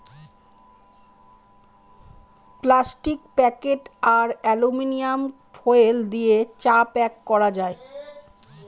plastic packet আর aluminium foil দিয়ে চা প্যাক করা যায়